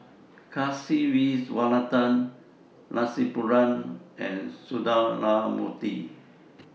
Kasiviswanathan Rasipuram and Sundramoorthy